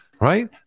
right